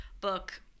book